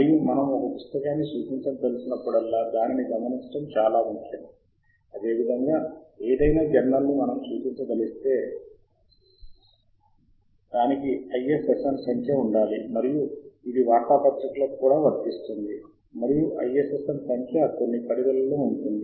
ఇప్పుడు మనము ఈ రకమైన కీవర్డ్ ఆధారిత శోధనను ప్రయత్నించబోతున్నాము మరియు మీరు చూడగలిగినట్లుగా స్క్రీన్ ను చూసినట్లయితే నేను రెండు సెట్ల పదాలను టైప్ చేసాను ఒకటి రాపిడ్ సొలిడిఫికేషన్ మరియు మరొకటి మెల్ట్ స్పిన్నింగ్ మరియు నేను వాటిని ఇక్కడ కలుపుతున్నాను మీకు తెలుసా ఆర్ బూలియన్ ఆపరేటర్ అంటే రెండింటి నుండి కలిపిన ఫలితాల యూనియన్ మనకు లభిస్తుంది